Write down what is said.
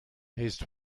his